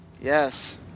Yes